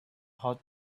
hot